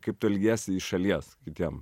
kaip tu elgiesi iš šalies kitiem